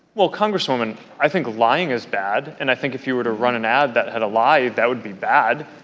well, congresswoman, i think lying is bad. and i think if you were to run an ad that had a lie, that would be bad.